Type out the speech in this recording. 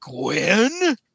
Gwen